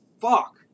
fuck